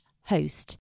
host